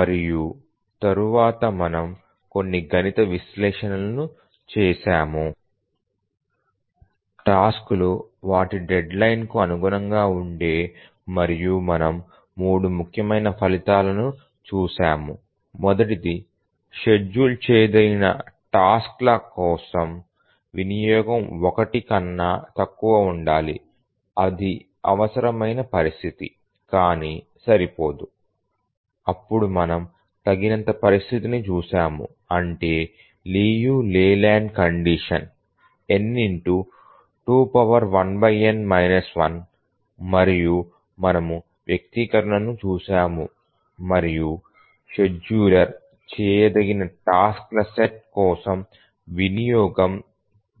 మరియు తరువాత మనము కొన్ని గణిత విశ్లేషణలను చేసాము టాస్క్లు వాటి డెడ్లైన్కు అనుగుణంగా ఉండే మరియు మనము 3 ముఖ్యమైన ఫలితాలను చూసాము మొదటిది షెడ్యూల్ చేయదగిన టాస్క్ ల కోసం వినియోగం 1 కన్నా తక్కువ ఉండాలి అది అవసరమైన పరిస్థితి కానీ సరిపోదు అప్పుడు మనము తగినంత పరిస్థితిని చూశాము అంటే లియు లేలాండ్ కండిషన్ n మరియు మనము వ్యక్తీకరణను చూశాము మరియు షెడ్యూల్ చేయదగిన టాస్క్ ల సెట్ కోసం వినియోగం